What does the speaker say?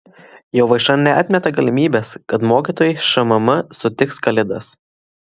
jovaiša neatmeta galimybės kad mokytojai šmm sutiks kalėdas